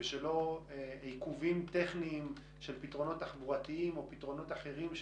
ושלא יהיו עיכובים טכניים של פתרונות תחבורתיים ואחרים.